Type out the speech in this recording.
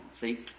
See